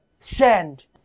send